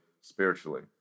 spiritually